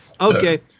Okay